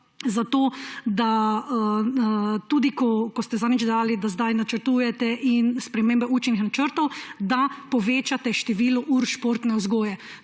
otrok. In tudi, ker ste zadnjič dali, da zdaj načrtujete spremembe učnih načrtov, da povečate število ur športne vzgoje.